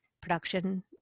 production